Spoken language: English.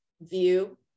view